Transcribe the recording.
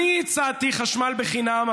אני הצעתי חשמל חינם,